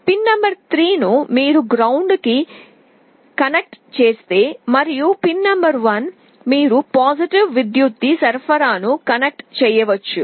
pin number 3 ను మీరు ground కి కనెక్ట్ చేస్తే మరియు పిన్ నంబర్ 1 మీరు ve విద్యుత్ సరఫరా ను కనెక్ట్ చేయవచ్చు